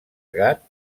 gat